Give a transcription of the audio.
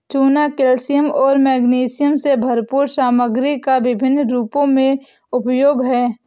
चूना कैल्शियम और मैग्नीशियम से भरपूर सामग्री का विभिन्न रूपों में उपयोग है